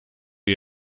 you